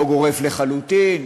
לא גורף לחלוטין,